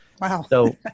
Wow